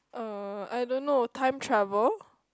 uh I don't know time travel